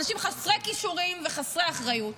אנשים חסרי כישורים וחסרי אחריות.